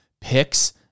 picks